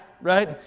right